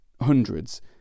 hundreds